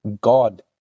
God